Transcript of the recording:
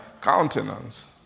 countenance